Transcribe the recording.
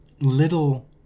little